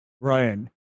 Ryan